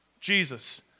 Jesus